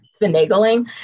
finagling